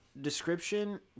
description